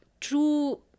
true